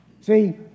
See